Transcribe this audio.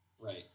Right